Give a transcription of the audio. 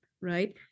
right